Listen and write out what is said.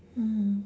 mm